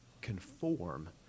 conform